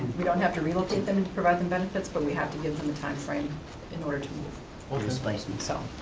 we don't have to relocate them to provide them benefits, but we have to give them a timeframe in order to move or displace them so.